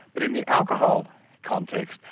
but in the alcohol context,